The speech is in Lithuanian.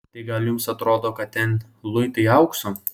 tai gal jums atrodo kad ten luitai aukso